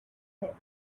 hit